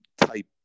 type